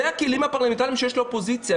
אלה הכלים הפרלמנטריים שיש לאופוזיציה,